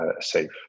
safe